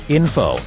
info